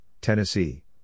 Tennessee